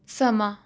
ਸਮਾਂ